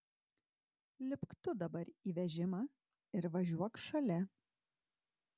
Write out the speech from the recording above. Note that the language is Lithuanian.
lipk tu dabar į vežimą ir važiuok šalia